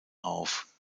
auf